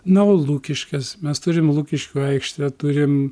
na o lukiškės mes turim lukiškių aikštę turim